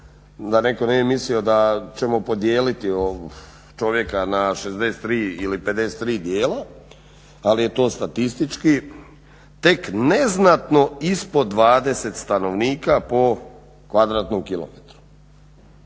da netko ne bi mislio da ćemo podijeliti čovjeka na 63 ili 53 dijela ali je to statistički tek neznatno ispod 20 stanovnika po kvadratnom kilometru.